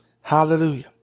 Hallelujah